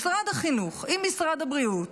משרד החינוך עם משרד הבריאות,